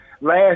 last